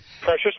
Precious